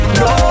no